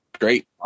Great